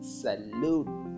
salute